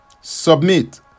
submit